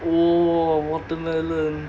oh watermelon